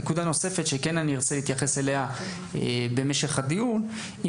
נקודה נוספת שארצה להתייחס אליה במשך הדיון היא